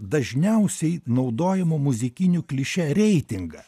dažniausiai naudojamų muzikinių klišė reitingą